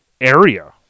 area